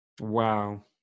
wow